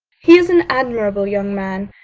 he is an admirable young man.